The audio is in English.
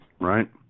Right